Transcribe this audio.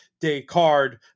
Descartes